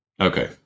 Okay